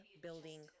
building